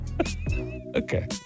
okay